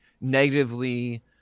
negatively